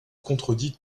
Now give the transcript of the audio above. contredit